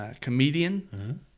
comedian